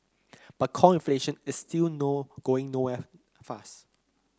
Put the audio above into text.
but core inflation is still no going nowhere fast